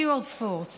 סטיוארט פורס,